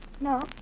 No